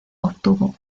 obtuvo